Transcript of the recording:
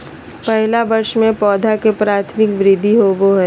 पहला वर्ष में पौधा के प्राथमिक वृद्धि होबो हइ